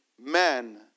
man